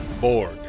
Borg